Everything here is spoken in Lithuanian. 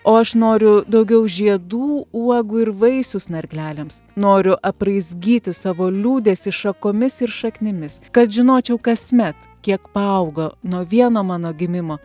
o aš noriu daugiau žiedų uogų ir vaisių snargleliams noriu apraizgyti savo liūdesį šakomis ir šaknimis kad žinočiau kasmet kiek paaugo nuo vieno mano gimimo